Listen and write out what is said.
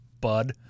bud